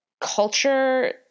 culture